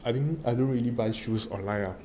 I don't I don't really buy shoes online ah